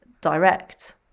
direct